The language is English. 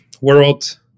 world